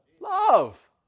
Love